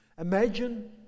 Imagine